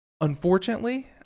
Unfortunately